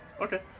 okay